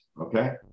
okay